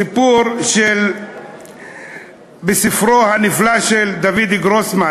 סיפור בספרו הנפלא של דויד גרוסמן,